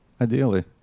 Ideally